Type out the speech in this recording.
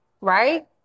Right